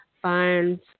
finds